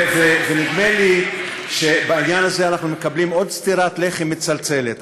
ונדמה לי שבעניין הזה אנחנו מקבלים עוד סטירת לחי מצלצלת,